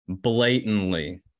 blatantly